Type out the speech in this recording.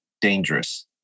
dangerous